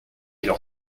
leur